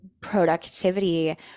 productivity